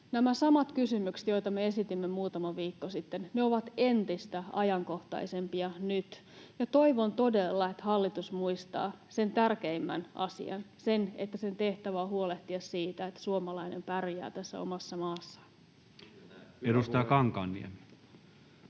Nämä samat kysymykset, joita me esitimme muutama viikko sitten, ovat entistä ajankohtaisempia nyt, ja toivon todella, että hallitus muistaa sen tärkeimmän asian, sen, että sen tehtävä on huolehtia siitä, että suomalainen pärjää tässä omassa maassaan. [Petri